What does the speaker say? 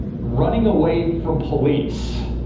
running away from police.